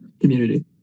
Community